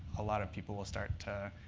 a lot of people will start to